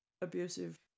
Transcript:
abusive